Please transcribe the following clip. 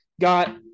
got